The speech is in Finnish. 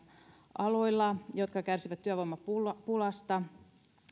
aloilla jotka kärsivät työvoimapulasta